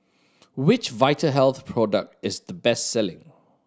which Vitahealth product is the best selling